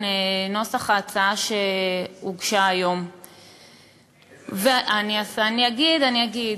אני אגיד.